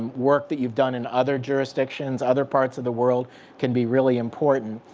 work that you've done in other jurisdictions, other parts of the world can be really important.